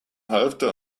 halfter